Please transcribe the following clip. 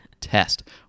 test